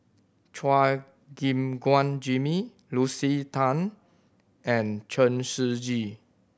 Chua Gim Guan Jimmy Lucy Tan and Chen Shiji